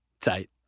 Tight